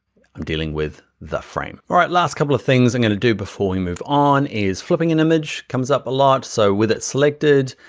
i'm dealing with the frame. all right, last couple of things i'm gonna do before we move on is, flipping an image comes up a lot. so with it selected,